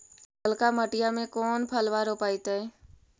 ललका मटीया मे कोन फलबा रोपयतय?